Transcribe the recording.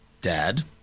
dad